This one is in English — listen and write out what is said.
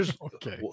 okay